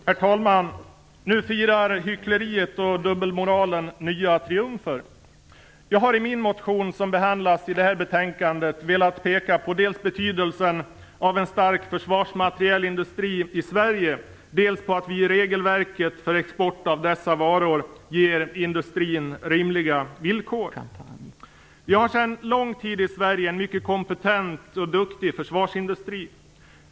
Herr talman! Nu firar hyckleriet och dubbelmoralen nya triumfer. Jag har i min motion som behandlas i det här betänkandet velat peka på dels betydelsen av en stark försvarsmaterielindustri i Sverige, dels på att vi i regelverket för export av dessa varor ger industrin rimliga villkor. Vi har sedan lång tid i Sverige en mycket kompetent och duktig försvarsindustri.